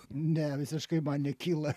ne visiškai man nekyla